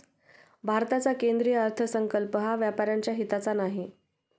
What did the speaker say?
भारताचा केंद्रीय अर्थसंकल्प हा व्यापाऱ्यांच्या हिताचा नाही